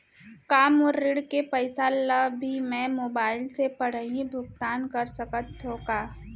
का मोर ऋण के पइसा ल भी मैं मोबाइल से पड़ही भुगतान कर सकत हो का?